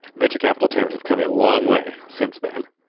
venture capital firms have come a long way since then.